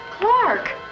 Clark